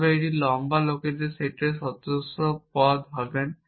তবে এটি লম্বা লোকদের সেটের সদস্যপদ হবেন